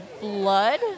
blood